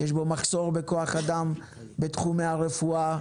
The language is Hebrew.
יש בו מחסור בכוח אדם בתחומי הרפואה,